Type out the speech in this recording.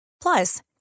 Plus